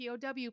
POW